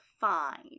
find